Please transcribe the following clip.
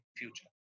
future